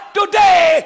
today